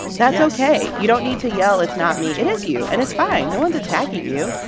that's ok you don't need to yell, it's not me. it is you, and it's fine. no one's attacking you.